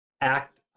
act